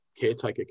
caretaker